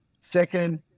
second